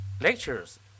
lectures